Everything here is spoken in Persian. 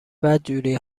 بدجوری